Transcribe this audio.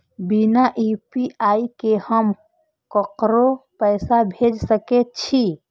बिना यू.पी.आई के हम ककरो पैसा भेज सके छिए?